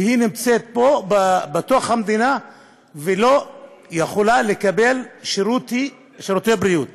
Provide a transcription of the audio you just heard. נמצאת פה בתוך המדינה ולא יכולה לקבל שירותי בריאות